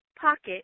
pocket